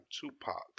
Tupac